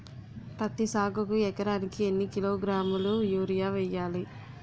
పత్తి సాగుకు ఎకరానికి ఎన్నికిలోగ్రాములా యూరియా వెయ్యాలి?